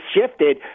shifted